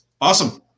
Awesome